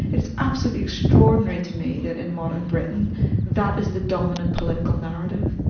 it's absolutely extraordinary to me that in modern britain that is the dominant political narrative.